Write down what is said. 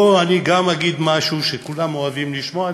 פה אני גם אגיד משהו שכולם אוהבים לשמוע,